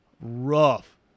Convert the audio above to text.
Rough